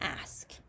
ask